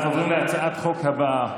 אנחנו עוברים להצעת החוק הבאה,